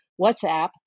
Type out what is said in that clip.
WhatsApp